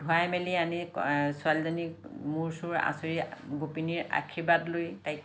ধুৱাই মেলি আনি ছোৱালীজনীক মোৰ চোৰ আচুৰি গোপিনীৰ আশীৰ্বাদ লৈ তাইক